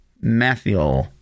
Matthew